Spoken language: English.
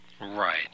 Right